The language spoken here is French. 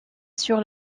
sur